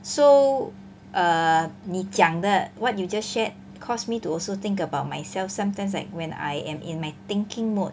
so err 你讲的 [what] you just shared caused me to also think about myself sometimes like when I am in my thinking mode